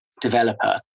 developer